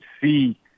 see